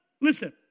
Listen